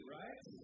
right